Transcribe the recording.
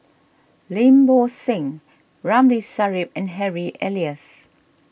Lim Bo Seng Ramli Sarip and Harry Elias